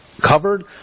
covered